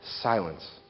silence